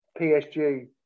PSG